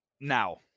now